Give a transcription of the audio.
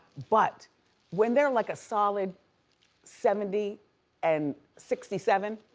but when they're like a solid seventy and sixty seven,